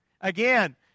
Again